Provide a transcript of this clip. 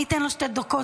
אני אתן לו שתי דקות.